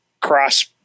cross